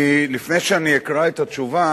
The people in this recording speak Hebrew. לפני שאני אקרא את התשובה,